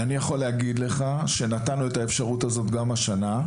אני יכול להגיד לך שנתנו את האפשרות הזאת גם השנה,